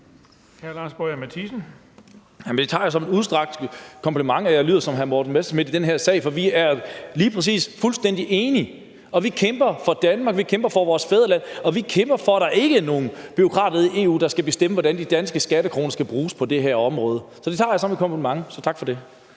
Lars Boje Mathiesen (NB): Det tager jeg som en kompliment, at jeg lyder som hr. Morten Messerschmidt i den her sag, for vi er lige præcis fuldstændig enige. Vi kæmper for Danmark, vi kæmper for vores fædreland. Og vi kæmper for, at der ikke er nogen bureaukrater nede i EU, der skal bestemme, hvordan de danske skattekroner skal bruges på det her område. Det tager jeg som en kompliment, så tak for det.